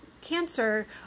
Cancer